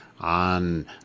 on